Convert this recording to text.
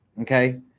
Okay